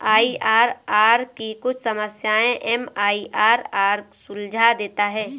IRR की कुछ समस्याएं एम.आई.आर.आर सुलझा देता है